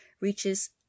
reaches